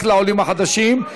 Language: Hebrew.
רק לעולים החדשים,